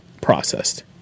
processed